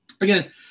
Again